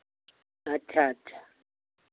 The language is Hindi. अच्छा अच्छा